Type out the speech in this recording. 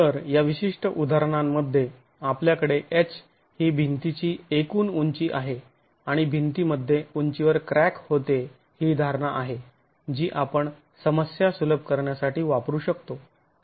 तर या विशिष्ट उदाहरणांमध्ये आपल्याकडे h ही भिंतीची एकूण उंची आहे आणि भिंतीमध्ये उंचीवर क्रॅक होते ही धारणा आहे जी आपण समस्या सुलभ करण्यासाठी वापरू शकतो